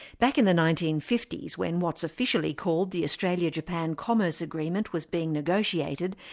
back in the nineteen fifty s when what's officially called the australia-japan commerce agreement was being negotiated,